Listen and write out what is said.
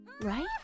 right